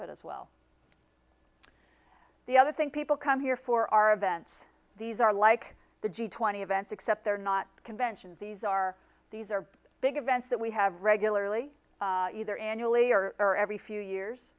bit as well the other thing people come here for are events these are like the g twenty events except they're not conventions these are these are big events that we have regularly either annually or or every few years